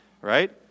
right